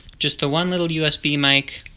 just the one little usb mic,